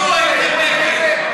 נו באמת,